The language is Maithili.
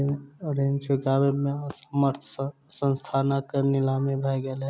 ऋण चुकबै में असमर्थ संस्थानक नीलामी भ गेलै